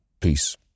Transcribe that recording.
Peace